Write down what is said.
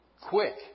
quick